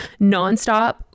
nonstop